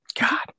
God